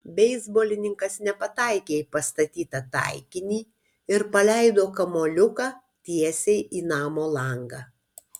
beisbolininkas nepataikė į pastatytą taikinį ir paleido kamuoliuką tiesiai į namo langą